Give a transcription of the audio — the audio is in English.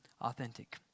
authentic